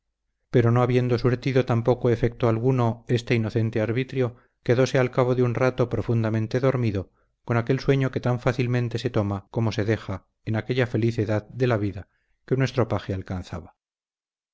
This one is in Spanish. pero no habiendo surtido tampoco efecto alguno este inocente arbitrio quedóse al cabo de un rato profundamente dormido con aquel sueño que tan fácilmente se toma como se deja en aquella feliz edad de la vida que nuestro paje alcanzaba